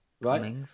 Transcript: right